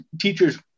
teachers